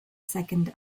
second